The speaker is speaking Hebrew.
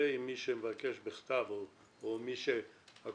זה מחכה והוא נעלם.